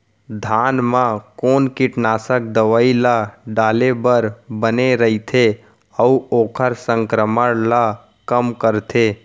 धान म कोन कीटनाशक दवई ल डाले बर बने रइथे, अऊ ओखर संक्रमण ल कम करथें?